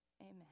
Amen